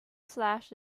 slash